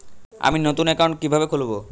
আমি নতুন অ্যাকাউন্ট কিভাবে খুলব?